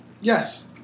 Yes